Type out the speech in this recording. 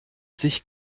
sich